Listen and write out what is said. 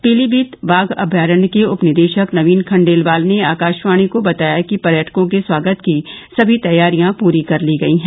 पीलीमीत बाघ अभयारण्य के उपनिदेशक नवीन खंडेलवाल ने आकाशवाणी को बताया कि पर्यटकों के स्वागत की सभी तैयारियां पूरी कर ली गई हैं